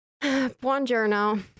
Buongiorno